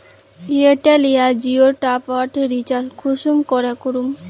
Airtel या जियोर top up recharge कुंसम करे करूम?